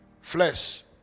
Flesh